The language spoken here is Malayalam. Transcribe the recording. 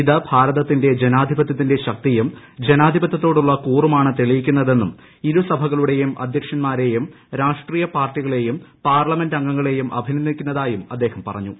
ഇത് ഭാരതത്തിന്റെ ജനാധിപത്യത്തിന്റെ ശക്തിയും ജനാധിപത്യത്തോടുള്ള കൂറുമാണ് തെളിയിക്കുന്നതെന്നും ഇരു സഭകളുടെ അധ്യക്ഷന്മാരെയും രാഷ്ട്രീയ പാർട്ടികളെയും പാർലമെന്റംഗങ്ങളെയും അഭിനന്ദിക്കുന്നതായും അദ്ദേഹം പറഞ്ഞു